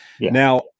Now